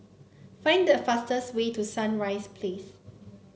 find the fastest way to Sunrise Place